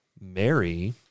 Mary